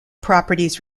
properties